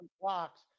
blocks